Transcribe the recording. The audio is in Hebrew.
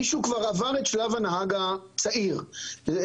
מישהו כבר עבר את שלב הנהג הצעיר והוא